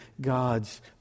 God's